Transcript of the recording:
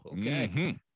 okay